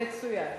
מצוין.